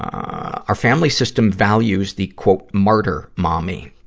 our family system values the martyr mommy.